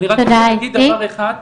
אני רק רוצה להגיד דבר אחד.